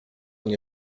nie